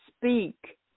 speak